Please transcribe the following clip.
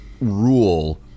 rule